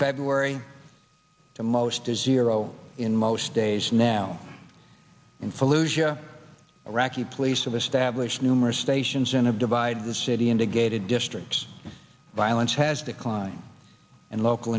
february the most is year zero in most days now in fallujah iraqi police of established numerous stations and of divide the city into gated districts violence has declined and local